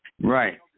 Right